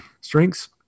strengths